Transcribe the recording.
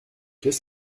qu’est